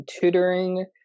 tutoring